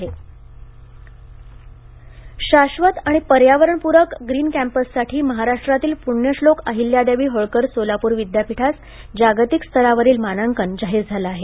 सोलापूर शाश्वत आणि पर्यावरणपूरक ग्रीन कॅम्पससाठी महाराष्ट्रातील पुण्यश्लोक अहिल्यादेवी होळकर सोलापूर विद्यापीठास जागतिक स्तरावरील मानांकन जाहीर झाले आहे